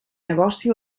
negoci